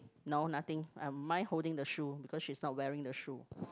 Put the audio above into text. no nothing uh mine holding the shoe because she's not wearing the shoe